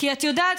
כי את יודעת,